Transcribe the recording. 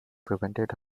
prevented